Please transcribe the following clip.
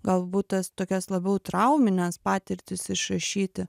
galbūt tas tokias labiau traumines patirtis išrašyti